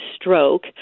stroke